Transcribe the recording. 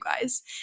guys